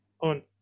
on